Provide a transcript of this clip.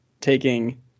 taking